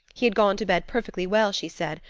he had gone to bed perfectly well, she said,